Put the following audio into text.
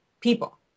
people